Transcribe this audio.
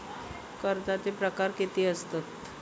कर्जाचे प्रकार कीती असतत?